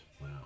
Wow